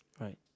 right